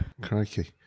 Crikey